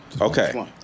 okay